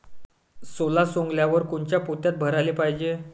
सोला सवंगल्यावर कोनच्या पोत्यात भराले पायजे?